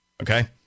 Okay